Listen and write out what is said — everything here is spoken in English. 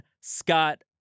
Scott